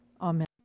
Amen